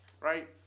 right